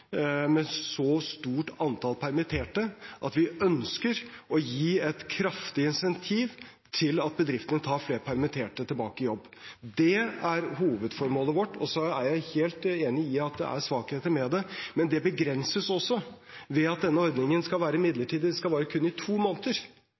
ønsker å gi et kraftig insentiv til at bedriftene tar flere permitterte tilbake i jobb. Det er hovedformålet vårt. Så er jeg helt enig i at det er svakheter med det, men det begrenses også ved at denne ordningen skal være